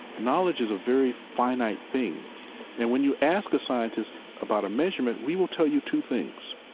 knowledge is a very finite thing and, when you ask a scientist about a measurement, we will tell you two things.